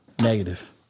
Negative